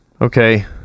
Okay